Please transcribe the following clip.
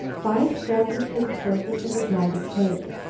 phi scrambled to the surface of a gliding cake,